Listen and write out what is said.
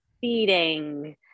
feeding